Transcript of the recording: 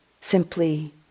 simply